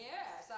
Yes